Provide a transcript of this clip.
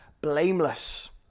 blameless